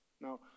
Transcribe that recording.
Now